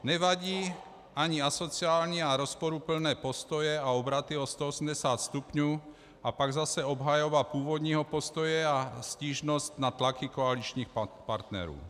Nevadí ani asociální a rozporuplné postoje a obraty o 180 stupňů a pak zase obhajoba původního postoje a stížnost na tlaky koaličních partnerů.